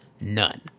None